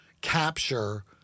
capture